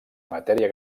matèria